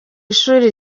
ishami